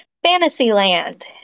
Fantasyland